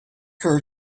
her